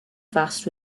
fast